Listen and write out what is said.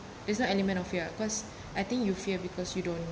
is not element of you cause I think you fear because you don't